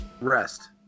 rest